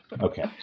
Okay